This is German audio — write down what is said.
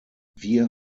wir